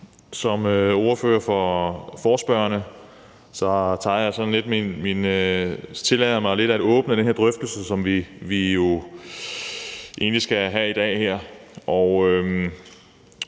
Som ordfører for forespørgerne tillader jeg mig lidt at åbne den her drøftelse, som vi jo egentlig skal have i dag her.